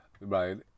right